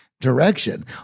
direction